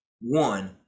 one